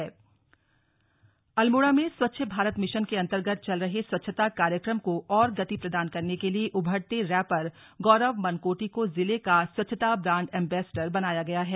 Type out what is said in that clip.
brand ambassador Almora Almora में Swachh Bharat mission के अन्तर्गत चल रहे स्वच्छता कार्यक्रम को और गति प्रदान करने के लिए उभरते रैपर गौरव मनकोटी को जिले का स्वच्छता ब्रांड एम्बेसडर बनाया गया है